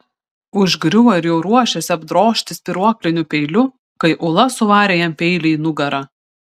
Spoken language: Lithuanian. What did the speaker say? užgriuvo ir jau ruošėsi apdrožti spyruokliniu peiliu kai ula suvarė jam peilį į nugarą